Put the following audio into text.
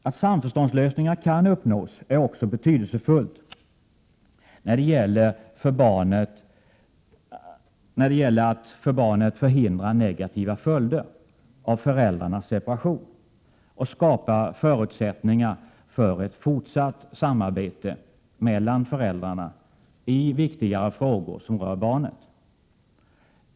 Att samförståndslösningar kan uppnås är också betydelsefullt när det gäller att för barnet förhindra negativa följder av föräldrarnas separation och för att skapa förutsättningar för ett fortsatt samarbete mellan föräldrarna i viktigare frågor som rör barnet.